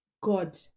God